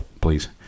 please